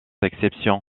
exception